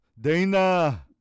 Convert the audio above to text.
Dana